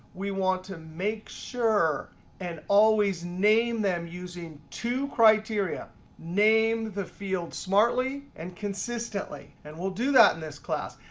we want to make sure and always name them using two criteria name the field smartly and consistently. and we'll do that in this class.